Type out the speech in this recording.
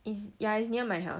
is ya is near my house